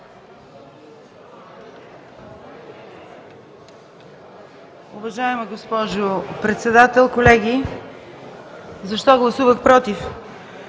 Уважаема госпожо Председател, колеги! Защо гласувах „против“?